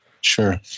Sure